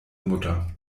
mutter